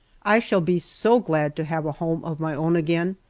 i shall be so glad to have a home of my own again,